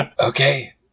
Okay